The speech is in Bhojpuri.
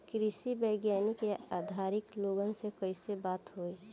कृषि वैज्ञानिक या अधिकारी लोगन से कैसे बात होई?